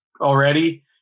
already